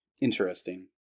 Interesting